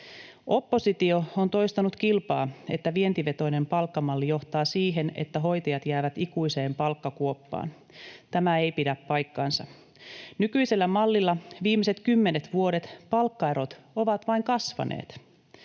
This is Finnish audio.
Oppositio on toistanut kilpaa, että vientivetoinen palkkamalli johtaa siihen, että hoitajat jäävät ikuiseen palkkakuoppaan. Tämä ei pidä paikkaansa. Nykyisellä mallilla viimeiset kymmenet vuodet palkkaerot ovat vain kasvaneet.